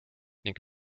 ning